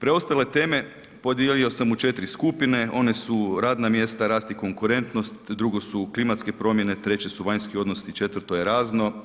Preostale teme podijelio sam u 4 skupine, one su radna mjesta, rast i konkurentnost, drugo su klimatske promjene, treće su vanjski odnosi i četvrto je razno.